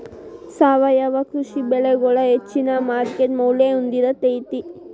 ಸಾವಯವ ಕೃಷಿ ಬೆಳಿಗೊಳ ಹೆಚ್ಚಿನ ಮಾರ್ಕೇಟ್ ಮೌಲ್ಯ ಹೊಂದಿರತೈತಿ